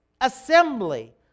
assembly